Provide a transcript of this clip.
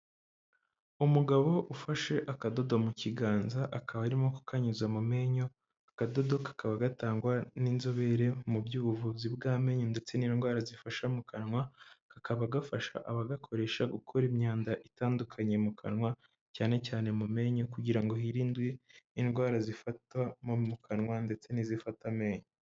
Umugabo ufashe akadodo mu kiganza akaba arimo kukanyuza mu menyo. Aka kadodo kakaba gatangwa n'inzobere mu by'ubuvuzi bw'amenyo ndetse n'indwara zifata mu kanwa, kakaba gafasha abagakoresha gukura imyanda itandukanye mu kanwa cyane cyane mu menyo kugira ngo hirindwe indwara zifata mu kanwa ndetse n'izifata amenyo.